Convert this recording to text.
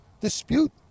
dispute